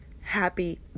happy